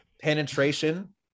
penetration